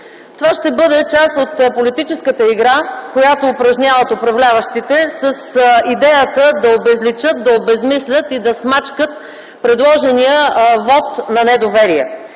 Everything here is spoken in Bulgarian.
Това ще бъде част от политическата игра, която упражняват управляващите, с идеята да обезличат, да обезсмислят и да смачкат предложения вот на недоверие.